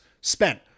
spent